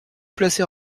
placer